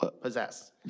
possess